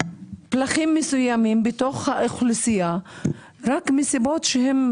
פלחים מסוימים בתוך האוכלוסייה רק מסיבות שהן